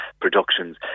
productions